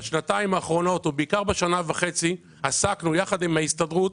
בשנתיים האחרונות ובעיקר בשנה וחצי האחרונה עסקנו יחד עם ההסתדרות